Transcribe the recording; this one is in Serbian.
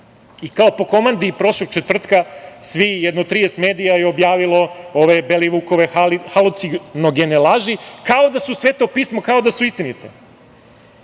i kao po komandi od prošlog četvrtka, svi, jedno 30 medija je objavilo ove Belivukove halucionogene laži kao da su Sveto pismo, kao da su istinite. Interes